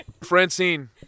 Francine